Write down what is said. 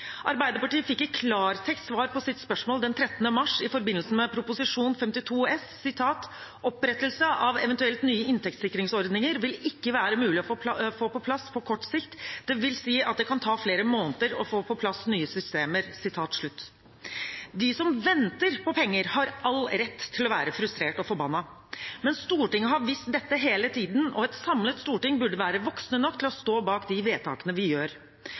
Arbeiderpartiet fikk i klartekst svar på sitt spørsmål den 13. mars i forbindelse med Prop. 52 S for 2019 –2020: Opprettelse av eventuelt nye inntektssikringsordninger vil ikke være mulig å få på plass på kort sikt, det vil si at det kan ta flere måneder å få på plass nye systemer. De som venter på penger, har all rett til å være frustrert og forbannet, men Stortinget har visst dette hele tiden, og et samlet storting burde være voksne nok til å stå bak de vedtakene vi gjør.